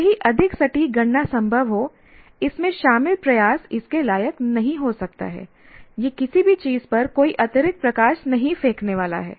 भले ही अधिक सटीक गणना संभव हो इसमें शामिल प्रयास इसके लायक नहीं हो सकता है यह किसी भी चीज पर कोई अतिरिक्त प्रकाश नहीं फेंकने वाला है